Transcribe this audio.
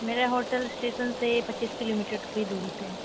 मेरा hotel station से पच्चीस किलोमीटर की दूरी पर है